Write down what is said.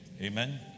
Amen